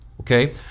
okay